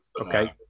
Okay